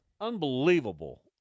Unbelievable